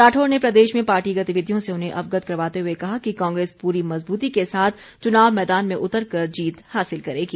राठौर ने प्रदेश में पार्टी गतिविधियों से उन्हें अवगत करवाते हुए कहा कि कांग्रेस पूरी मजबूती के साथ चुनाव मैदान में उतरकर जीत हासिल करेगी